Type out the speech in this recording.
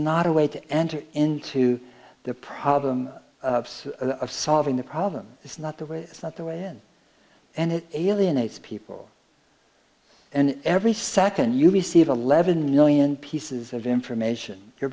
not a way to enter into the problem of solving the problem it's not the way it's not the way in and it alienates people and every second you receive eleven million pieces of information your